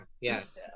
yes